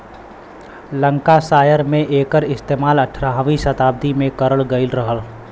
Lancashire में एकर इस्तेमाल अठारहवीं सताब्दी में करल गयल रहल